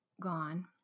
gone